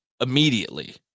immediately